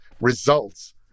results